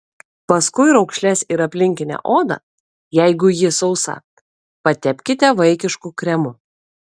paskui raukšles ir aplinkinę odą jeigu ji sausa patepkite vaikišku kremu